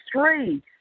three